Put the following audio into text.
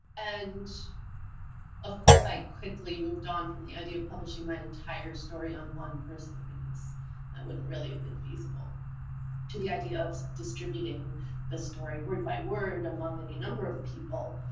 and of course i quickly moved on from the idea of publishing my entire story on one person because that wouldn't really have been feasible to the idea of distributing the story word by word among and the number of people,